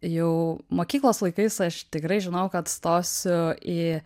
jau mokyklos laikais aš tikrai žinojau kad stosiu į